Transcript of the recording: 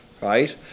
right